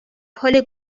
حال